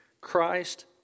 Christ